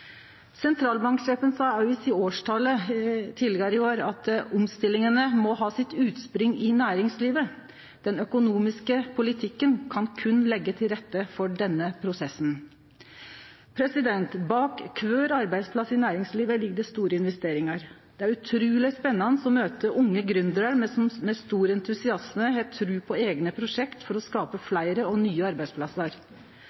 sa òg i årstalen sin tidlegare i år at omstillingane må «ha sitt utspring i næringslivet». Og vidare: «Den økonomiske politikken kan kun legge til rette for denne prosessen.» Bak kvar arbeidsplass i næringslivet ligg det store investeringar. Det er utruleg spennande å møte unge gründerar som med stor entusiasme har tru på eigne prosjekt for å skape